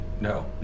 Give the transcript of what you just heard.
no